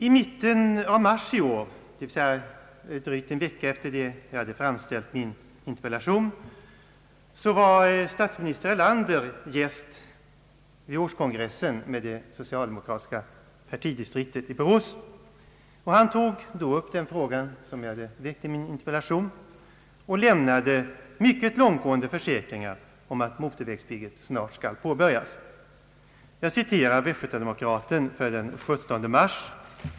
I mitten av mars i år, dvs. drygt en vecka efter det jag framställt min in terpellation, var statsminister Erlander gäst vid årskongressen med det socialdemokratiska partidistriktet i Borås. Han tog då upp den fråga som jag väckt i min interpellation och lämnade mycket långtgående försäkringar om att motorvägsbygget skall påbörjas. Jag citerar Västgöta-Demokraten för den 17 mars.